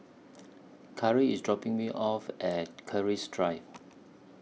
Karri IS dropping Me off At Keris Drive